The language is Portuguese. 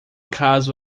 caso